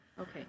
Okay